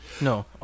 No